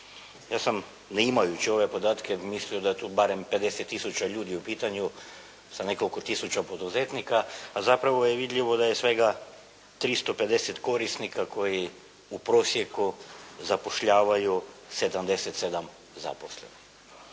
Ja sam, ne imajući ove podatke, mislio da je tu barem 50 tisuća ljudi u pitanju sa nekoliko tisuća poduzetnika, a zapravo je vidljivo da je svega 350 korisnika koji u prosjeku zapošljavaju 77 zaposlenih.